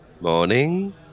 Morning